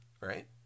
right